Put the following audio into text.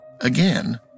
Again